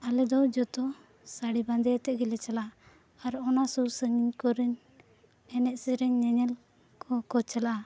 ᱟᱞᱮᱫᱚ ᱡᱚᱛᱚ ᱥᱟᱹᱲᱤ ᱵᱟᱸᱫᱮ ᱟᱛᱮᱫ ᱜᱮᱞᱮ ᱪᱟᱞᱟᱜᱼᱟ ᱟᱨ ᱚᱱᱟ ᱥᱩᱨ ᱥᱟᱺᱜᱤᱧ ᱠᱚᱨᱮᱱ ᱮᱱᱮᱡᱼᱥᱮᱨᱮᱧ ᱧᱮᱧᱮᱞ ᱠᱚᱠᱚ ᱪᱟᱞᱟᱜᱼᱟ